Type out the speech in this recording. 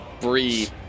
Breathe